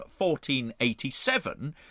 1487